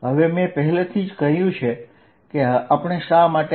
હવે મેં પહેલેથી જ કહ્યું છે કે આપણે શા માટે આવું કરવા માંગીએ છીએ